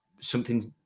something's